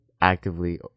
actively